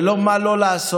זה לא מה לא לעשות.